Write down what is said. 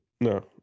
No